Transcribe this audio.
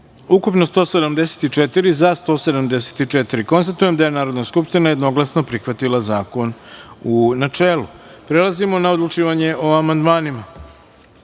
ukupno – 174, za – 174.Konstatujem da je Narodna skupština jednoglasno prihvatila zakon, u načelu. Prelazimo na odlučivanje o amandmanima. Na